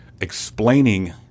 explaining